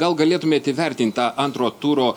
gal galėtumėt įvertint tą antro turo